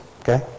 Okay